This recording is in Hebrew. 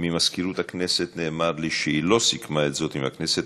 ממזכירות הכנסת נאמר לי שהיא לא סיכמה את זאת עם הכנסת.